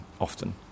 often